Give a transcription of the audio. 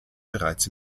bereits